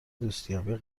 دوستیابی